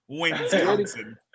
Wisconsin